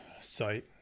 site